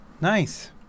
Nice